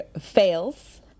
fails